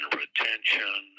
retention